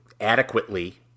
adequately